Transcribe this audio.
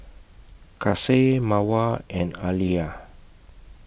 Kasih Mawar and Alya